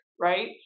right